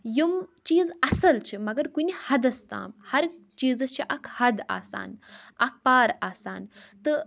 یِم چیٖز اصٕل چھِ مگر کُنہِ حَدَس تام ہَر چیزَس چھِ اَکھ حَد آسان اَکھ پار آسان تہٕ